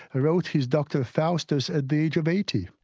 ah wrote his dr faustus at the age of eighty.